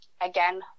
again